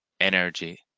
energy